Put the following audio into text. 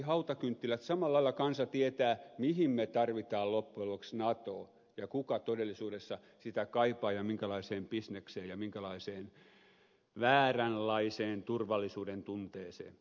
samalla lailla kansa tietää mihin me tarvitsemme loppujen lopuksi natoa ja kuka todellisuudessa sitä kaipaa ja minkälaiseen bisnekseen ja minkälaiseen vääränlaiseen turvallisuudentunteeseen